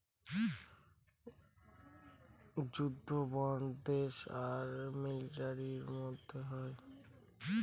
যুদ্ধ বন্ড দেশ আর মিলিটারির মধ্যে হয়